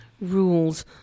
rules